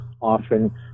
often